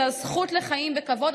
זו הזכות לחיים בכבוד,